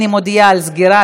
אני מודיעה על סגירת,